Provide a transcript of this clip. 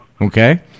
Okay